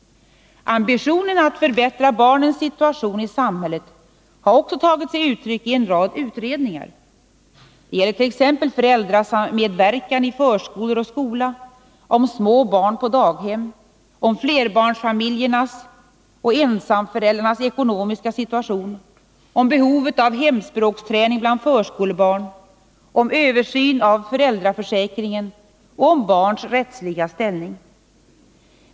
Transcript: Ambitionen att förbättra barnens situation i samhället har också tagit sig uttryck i en rad utredningar, t.ex. om föräldramedverkan i förskola och skola, om små barn på daghem, om flerbarnsfamiljernas och ensamföräldrarnas ekonomiska situation, om behovet av hemspråksträning bland förskolebarn, om översyn av föräldraförsäkringen och om barns rättsliga ställning.